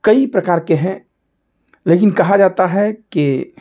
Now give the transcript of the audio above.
कई प्रकार के हैं लेकिन कहा जाता है कि